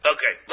Okay